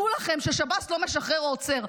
דעו לכם ששב"ס לא משחרר או עוצר,